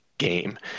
game